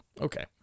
Okay